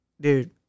dude